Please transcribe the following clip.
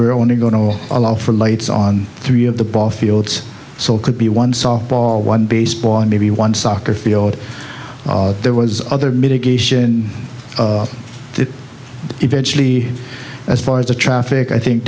were only going to allow for lights on three of the ball fields so it could be one softball one baseball and maybe one soccer field there was other mitigation in it eventually as far as the traffic i think